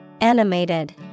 Animated